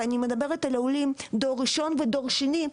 ואני מדברת על העולים דור ראשון ודור שני,